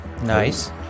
Nice